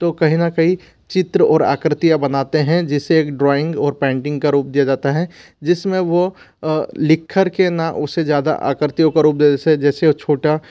तो कहीं न कहीं चित्र और आकृतियाँ बनाते हैं जिसे एक ड्रॉइंग और पैंटिंग का रूप दिया जाता है जिसमें वह लिखकर के न उसे ज़्यादा आकृतियों का रूप दे जैसे जैसे छोटा